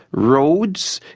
roads,